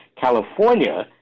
California